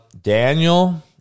Daniel